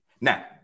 Now